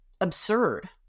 absurd